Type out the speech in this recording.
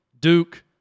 Duke